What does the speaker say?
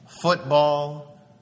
football